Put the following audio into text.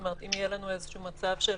כלומר, אם יהיה לנו איזשהו מצב של